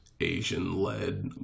Asian-led